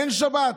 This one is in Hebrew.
אין שבת,